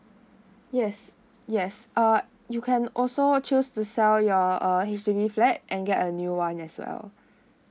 yes yes uh you can also choose to sell your err H_D_B flat and get a new one as well